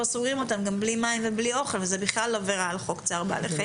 סוגרים אותם גם בלי מים ובלי אוכל וזאת כלל עבירה על חוק צער בעלי חיים.